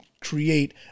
create